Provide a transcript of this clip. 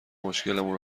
مشکلمون